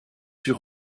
sur